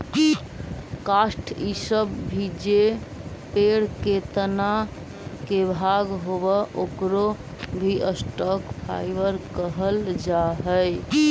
काष्ठ इ सब भी जे पेड़ के तना के भाग होवऽ, ओकरो भी स्टॉक फाइवर कहल जा हई